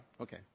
Okay